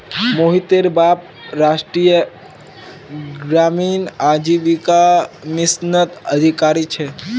मोहितेर बाप राष्ट्रीय ग्रामीण आजीविका मिशनत अधिकारी छे